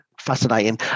Fascinating